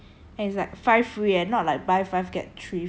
it's quite worth it I mean like to me buy five get five free